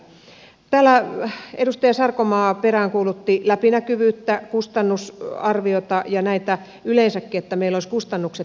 täällä edustaja sarkomaa peräänkuulutti läpinäkyvyyttä kustannusarviota ja yleensäkin sitä että meillä olisivat kustannukset tiedossa